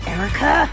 Erica